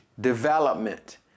Development